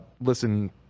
listen